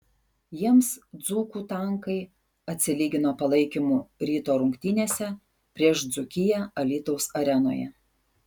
jiems dzūkų tankai atsilygino palaikymu ryto rungtynėse prieš dzūkiją alytaus arenoje